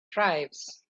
tribes